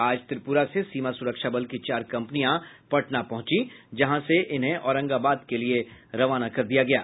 आज त्रिपुरा से सीमा सुरक्षा बल की चार कंपनियां पटना पहुंची जहां से वे औरंगाबाद के लिये रवाना हो गयी